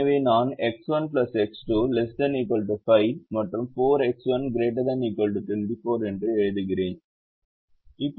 எனவே நான் X1 X2 ≤ 5 மற்றும் 4X1 ≥ 24 என்று எழுதுகிறேன்